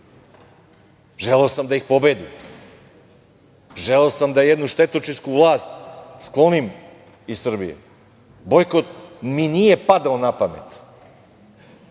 Želeo sam da ih pobedim. Želeo sam da jednu štetočinsku vlast sklonim iz Srbije. Bojkot mi nije padao na pamet,